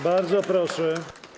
Bardzo proszę.